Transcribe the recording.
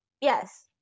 Yes